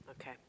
Okay